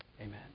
amen